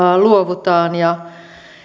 luovutaan ja